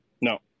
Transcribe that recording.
No